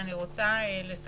אני רוצה לסכם.